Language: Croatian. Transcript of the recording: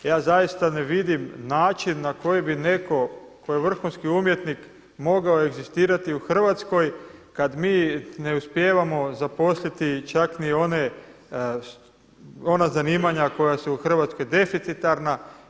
Ja zaista ne vidim način na koji bi netko tko je vrhunski umjetnik mogao egzistirati u Hrvatskoj kad mi ne uspijevamo zaposliti čak ni ona zanimanja koja su u Hrvatskoj deficitarna.